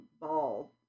ball